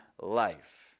life